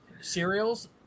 Cereals